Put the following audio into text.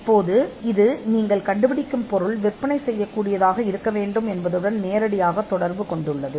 இப்போது நீங்கள் கண்டுபிடிப்பது விற்கக்கூடியதாக இருக்க வேண்டும் என்பதோடு இது நேரடியாக இணைக்கப்பட்டுள்ளது